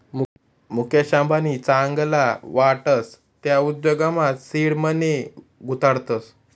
मुकेश अंबानी चांगला वाटस त्या उद्योगमा सीड मनी गुताडतस